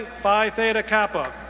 phi theta kappa.